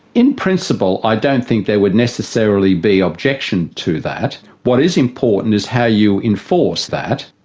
in principle i don't think there would necessarily be objection to that. what is important is how you enforce that.